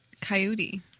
Coyote